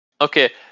okay